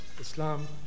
Islam